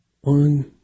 One